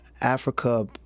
Africa